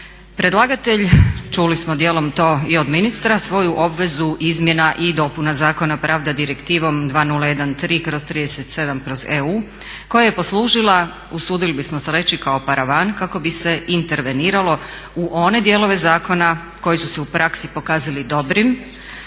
Predlagatelj, čuli smo dijelom to i od ministra, svoju obvezu izmjena i dopuna zakona pravda Direktivom 2013/37/EU koja je poslužila, usudili bismo se reći, kao paravan kako bi se interveniralo u one dijelove zakona koji su se u praksi pokazali dobrim